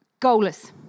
goalless